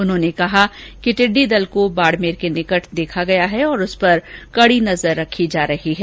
उन्होंने कहा कि टिड्डी दल को बाडमेर के निकट देखा गया है और उस पर कडी नजर रखी जा रही है